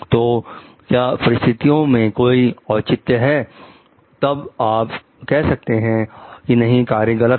तो क्या परिस्थितियों में कोई औचित्य है तब आप कह सकते हैं कि नहीं कार्य गलत था